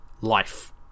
life